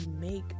make